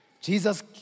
Jesus